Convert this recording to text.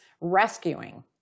rescuing